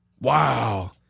Wow